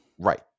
Right